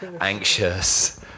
anxious